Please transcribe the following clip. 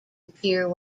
appear